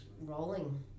rolling